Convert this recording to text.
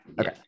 Okay